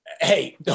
Hey